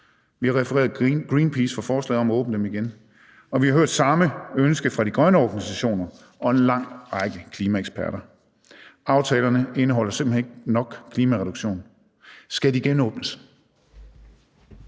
Vi refererede til Greenpeace i forhold til forslaget om at åbne dem igen, og vi har hørt samme ønske fra de grønne organisationer og en lang række klimaeksperter. Aftalerne indeholder simpelt hen ikke nok klimareduktion. Skal de genåbnes?